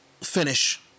finish